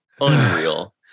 Unreal